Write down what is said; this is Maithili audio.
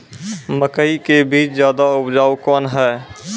मकई के बीज ज्यादा उपजाऊ कौन है?